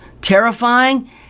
terrifying